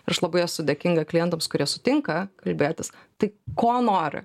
aš labai esu dėkinga klientams kurie sutinka kalbėtis tai ko nori